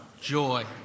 joy